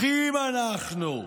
אחים אנחנו.